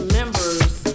members